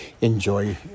enjoy